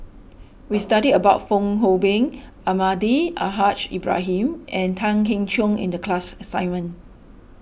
we studied about Fong Hoe Beng Almahdi Al Haj Ibrahim and Tan Keong Choon in the class assignment